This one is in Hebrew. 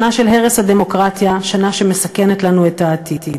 שנה של הרס הדמוקרטיה, שנה שמסכנת לנו את העתיד.